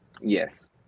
Yes